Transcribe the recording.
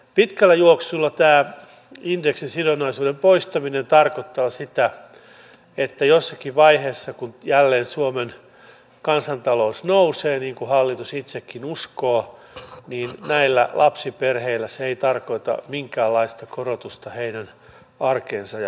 pitkällä juoksulla tämä indeksisidonnaisuuden poistaminen tarkoittaa sitä että kun jossakin vaiheessa jälleen suomen kansantalous nousee niin kuin hallitus itsekin uskoo näillä lapsiperheillä se ei tarkoita minkäänlaista korotusta heidän arkeensa ja elämäänsä